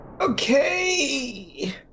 Okay